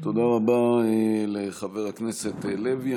תודה רבה לחבר הכנסת לוי.